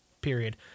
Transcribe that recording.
period